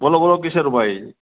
બોલો બોલો કિશોરભાઈ